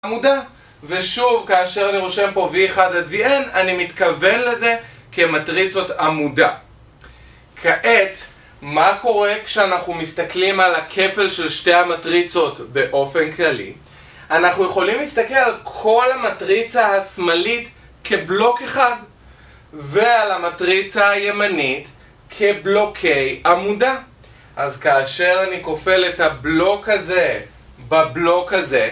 ושוב, כאשר אני רושם פה v1 עד vn, אני מתכוון לזה כמטריצות עמודה. כעת, מה קורה כשאנחנו מסתכלים על הכפל של שתי המטריצות באופן כללי? אנחנו יכולים להסתכל על כל המטריצה השמאלית כבלוק אחד, ועל המטריצה הימנית כבלוקי עמודה. אז כאשר אני כופל את הבלוק הזה בבלוק הזה,